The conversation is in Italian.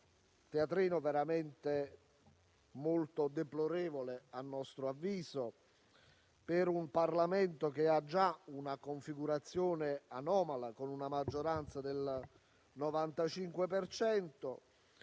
teatrino veramente molto deplorevole, a nostro avviso, per un Parlamento che ha già una configurazione anomala, con una maggioranza del 95